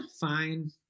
fine